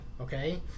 Okay